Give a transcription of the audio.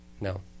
No